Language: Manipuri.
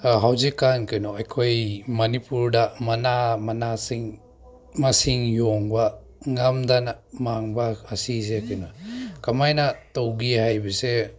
ꯍꯧꯖꯤꯛꯀꯥꯟ ꯀꯩꯅꯣ ꯑꯩꯈꯣꯏ ꯃꯅꯤꯄꯨꯔꯗ ꯃꯅꯥ ꯃꯅꯥꯁꯤꯡ ꯃꯁꯤꯡ ꯌꯣꯟꯕ ꯉꯝꯗꯅ ꯃꯥꯡꯕ ꯑꯁꯤꯁꯦ ꯀꯩꯅꯣ ꯀꯃꯥꯏꯅ ꯇꯧꯒꯦ ꯍꯥꯏꯕꯁꯦ